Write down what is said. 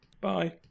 Bye